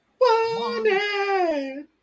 Wanted